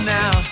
now